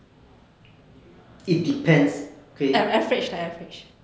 err it depends okay